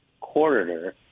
Corridor